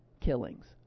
killings